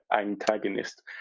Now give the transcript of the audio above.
antagonist